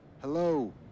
hello